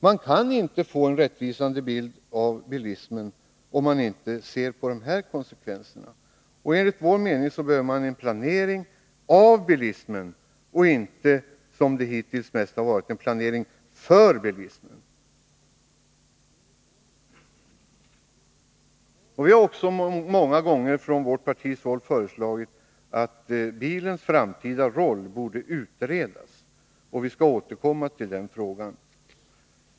Man kan inte få en rättvisande bild av bilismen, om man inte ser på de här konsekvenserna. Enligt min uppfattning bör man ha en planering av bilismen och inte, som det hittills mest har varit, en planering för bilismen. Vi har också många gånger från vårt partis håll föreslagit att bilens framtida roll skulle utredas, och vi skall återkomma till den frågan.